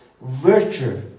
virtue